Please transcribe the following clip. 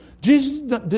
Jesus